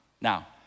Now